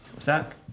Zach